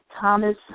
Thomas